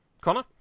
Connor